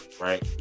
right